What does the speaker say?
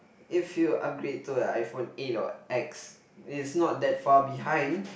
if you upgrade to a iPhone eight or X is not that far behind